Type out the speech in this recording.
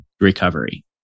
recovery